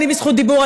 אני בזכות דיבור,